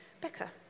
Becca